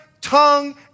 tongue